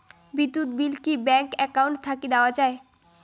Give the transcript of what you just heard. বিদ্যুৎ বিল কি bank account থাকি দেওয়া য়ায়?